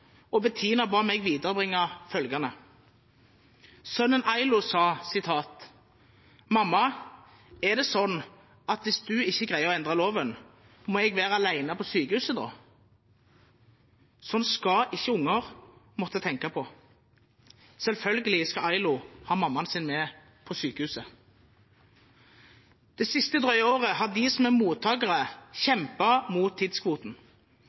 og Bettina ba meg viderebringe følgende: Sønnen Ailo sa: «Mamma, er det sånn at hvis du ikke greier å endre loven, må jeg være alene på sykehuset da?» Sånt skal ikke unger måtte tenke på. Selvfølgelig skal Ailo ha mammaen sin med på sykehuset. Det siste drøye året har de som er mottakere, kjempet mot tidskvoten. Disse familiene kjemper også en daglig kamp for sine barn. Tidskvoten